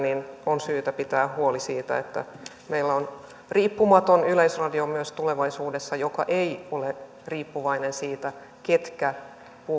on syytä pitää huoli siitä että meillä on riippumaton yleisradio myös tulevaisuudessa joka ei ole riippuvainen siitä ketkä